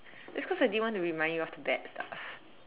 it's cause I didn't want to remind you of the bad stuff